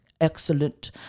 excellent